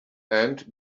and